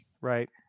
right